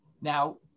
Now